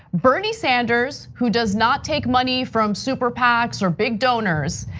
bernie sanders, who does not take money from super pacs or big donors,